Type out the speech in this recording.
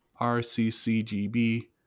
RCCGB